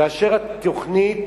כאשר התוכנית,